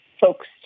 folks